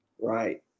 Right